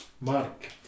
Mark